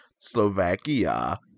Slovakia